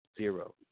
Zero